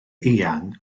eang